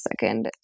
second